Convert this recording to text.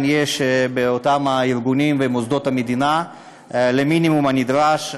יש באותם הארגונים ובמוסדות המדינה למינימום הנדרש.